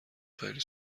خیلی